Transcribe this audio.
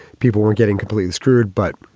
people were getting completely screwed. but,